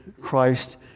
Christ